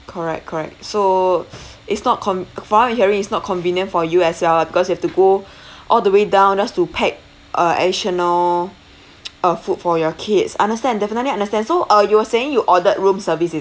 correct correct so it's not con~ from what I'm hearing it's not convenient for you as well ah because you have to go all the way down just to pack uh additional uh food for your kids understand definitely understand so uh you were saying you ordered room service is it